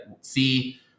see